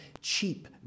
cheap